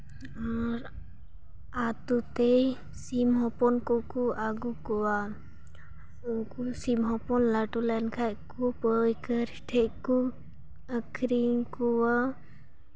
ᱟᱨ ᱟᱛᱳ ᱛᱮ ᱥᱤᱢ ᱦᱚᱯᱚᱱ ᱠᱚᱠᱚ ᱟᱹᱜᱩ ᱠᱚᱣᱟ ᱩᱱᱠᱩ ᱥᱤᱢ ᱦᱚᱯᱚᱱ ᱞᱟᱹᱴᱩ ᱞᱮᱱᱠᱟᱡ ᱠᱚ ᱯᱟᱹᱭᱠᱟᱹᱨ ᱴᱷᱮᱱ ᱠᱚ ᱟᱹᱠᱷᱨᱤᱧ ᱠᱚᱣᱟ